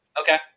okay